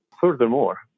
Furthermore